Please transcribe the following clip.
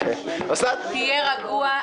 תהיה רגוע.